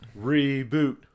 reboot